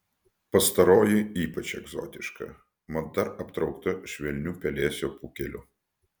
pastaroji ypač egzotiška mat dar aptraukta švelniu pelėsio pūkeliu